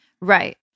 right